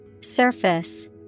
Surface